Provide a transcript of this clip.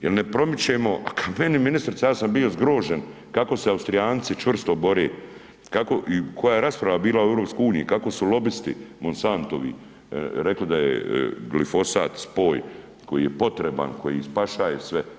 Jer ne promičemo, a kad meni ministrica ja sam bio zgrožen kako se Austrijanci čvrsto bore, kako i koja rasprava je bila u EU, kako su lobisti Monsantovi rekli da je glifosat spoj koji je potreban, koji spašaje sve.